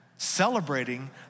celebrating